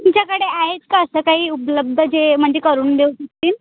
तुमच्याकडे आहेत का असं काही उपलब्ध जे म्हणजे करून देऊ शकतील